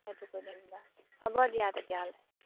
সেইটো কৰি মেলি দিবা হ'ব দিয়া তেতিয়াহ'লে